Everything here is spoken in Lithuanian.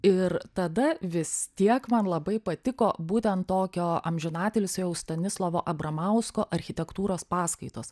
ir tada vis tiek man labai patiko būtent tokio amžinatilsį jau stanislovo abramausko architektūros paskaitos